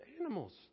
animals